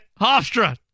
Hofstra